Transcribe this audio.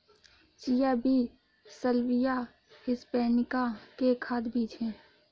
chia बीज Salvia hispanica के खाद्य बीज हैं